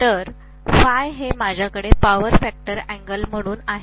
तर phi हे माझ्याकडे पॉवर फॅक्टर एंगल म्हणून आहे